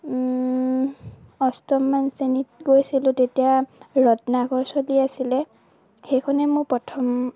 অষ্টমমান শ্ৰেণীত গৈছিলোঁ তেতিয়া ৰত্নাকৰ চলি আছিলে সেইখনেই মোৰ প্ৰথম